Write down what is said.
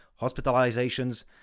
hospitalizations